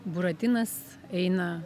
buratinas eina